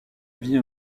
vie